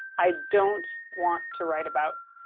i don't want to write about.